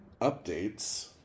Updates